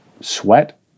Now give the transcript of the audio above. sweat